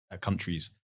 countries